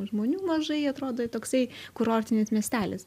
žmonių mažai atrodo toksai kurortinis miestelis